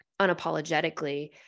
unapologetically